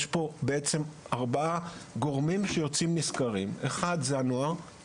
יש פה ארבעה גורמים שיוצאים נשכרים: הנוער,